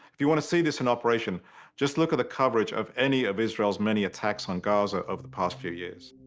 if you want to see this in operation just look at the coverage of any of israelis many attacks on gaza over the past few years.